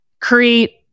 create